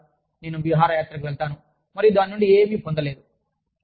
మీకు తెలుసానేను విహారయాత్రకు వెళ్లాను మరియు దాని నుండి ఏమీ పొందలేదు